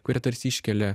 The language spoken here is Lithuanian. kurie tarsi iškelia